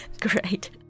Great